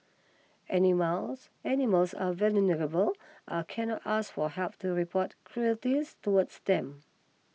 animals animals are vulnerable and cannot ask for help to report cruelties towards them